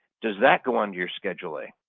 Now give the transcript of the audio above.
does that go on to your schedule a?